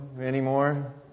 anymore